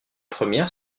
première